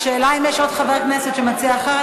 השאלה היא אם יש עוד חבר כנסת שמציע אחרת,